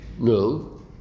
No